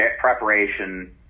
preparation